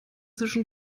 zwischen